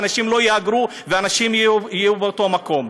ואנשים לא יהגרו ואנשים יהיו באותו מקום.